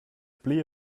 pli